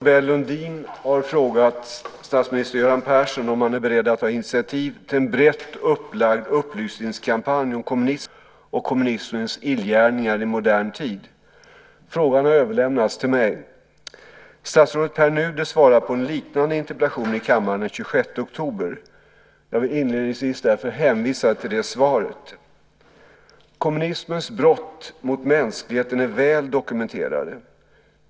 Herr talman! Marietta de Pourbaix-Lundin har frågat statsminister Göran Persson om han är beredd att ta initiativ till en brett upplagd upplysningskampanj om kommunismen och kommunismens illgärningar i modern tid. Frågan har överlämnats till mig. Statsrådet Pär Nuder svarade på en liknande interpellation i kammaren den 26 oktober. Jag vill inledningsvis därför hänvisa till det svaret. Kommunismens brott mot mänskligheten är väl dokumenterade.